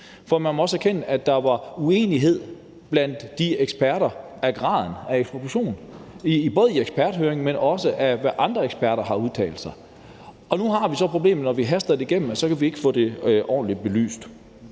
For man må også erkende, at der var uenighed blandt de eksperter om graden af ekspropriation, både i eksperthøringen, men også mellem det, andre eksperter har udtalt. Og nu har vi så problemet, når vi haster det igennem, at vi ikke kan få det ordentligt belyst.